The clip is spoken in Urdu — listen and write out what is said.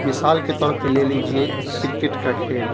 مثال کے طور پہ لے لیجیے کرکٹ کا کھیل